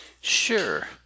Sure